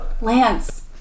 Lance